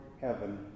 heaven